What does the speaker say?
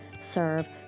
serve